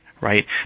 right